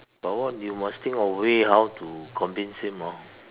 but what you must think of way how to convince him orh